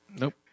Nope